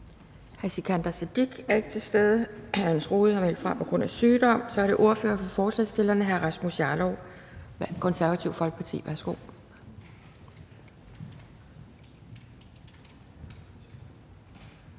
Hr. Sikandar Siddique er ikke til stede, og hr. Jens Rohde har meldt fra på grund af sygdom. Så er det ordfører for forslagsstillerne hr. Rasmus Jarlov, Det Konservative Folkeparti. Værsgo.